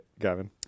Gavin